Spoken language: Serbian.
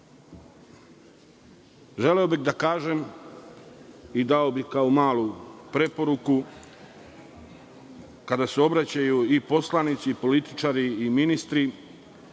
bih da kažem, i dao bih kao malu preporuku, kada se obraćaju i poslanici i političari i ministri,